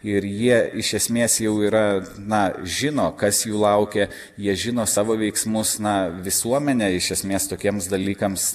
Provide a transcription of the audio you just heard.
ir jie iš esmės jau yra na žino kas jų laukia jie žino savo veiksmus na visuomenė iš esmės tokiems dalykams